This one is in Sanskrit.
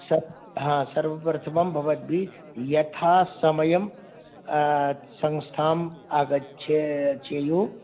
सर् हा सर्वप्रथमं भवद्भिः यथासमयं संस्थां आगच्छे आगच्छेयुः